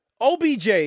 OBJ